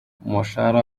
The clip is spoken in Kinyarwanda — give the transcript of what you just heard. umushahara